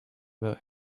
about